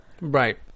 Right